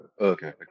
okay